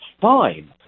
fine